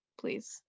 please